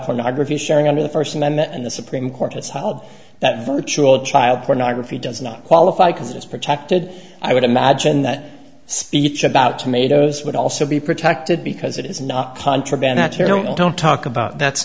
pornography sharing under the first amendment and the supreme court has held that virtual child pornography does not qualify because it is protected i would imagine that speech about tomatoes would also be protected because it is not contraband that you don't talk about that's